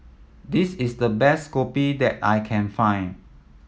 this is the best kopi that I can find